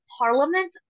Parliament